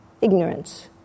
Ignorance